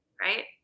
right